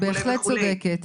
את בהחלט צודקת,